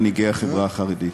מנהיגי החברה החרדית: